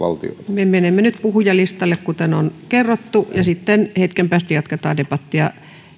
me menemme nyt puhujalistalle kuten on kerrottu ja sitten hetken päästä jatketaan debattia